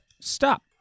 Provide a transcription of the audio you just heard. Stop